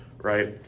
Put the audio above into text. right